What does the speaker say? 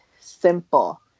simple